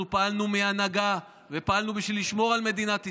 אנחנו פעלנו מהנהגה ופעלנו בשביל לשמור על מדינת ישראל.